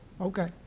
Okay